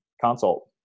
consult